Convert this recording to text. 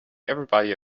everybody